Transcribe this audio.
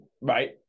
right